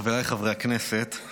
חבריי חברי הכנסת,